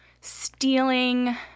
stealing